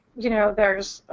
you know, there's.